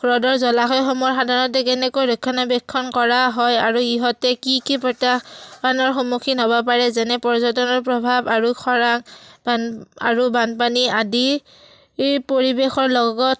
ৰ'দৰ জলাশয়সমূহৰ সাধাৰণতে কেনেকৈ ৰক্ষণাবেক্ষণ কৰা হয় আৰু ইহঁতে কি কি প্ৰত্যাহ্বানৰ সন্মুখীন হ'ব পাৰে যেনে পৰ্যটনৰ প্ৰভাৱ আৰু খৰাং বান আৰু বানপানী আদিৰ পৰিৱেশৰ লগত